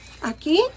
Aquí